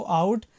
out